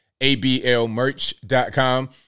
ablmerch.com